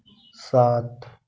सात